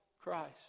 Christ